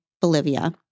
Bolivia